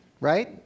right